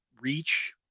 reach